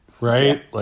right